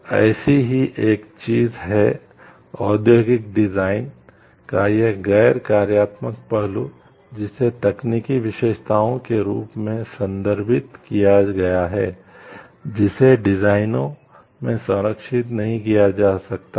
ऐसी ही एक चीज है औद्योगिक डिजाइन किया जा सकता है